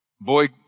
boy